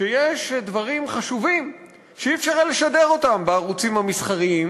שיש דברים חשובים שאי-אפשר היה לשדר אותם בערוצים המסחריים,